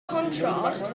contrast